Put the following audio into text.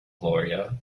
gloria